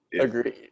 Agreed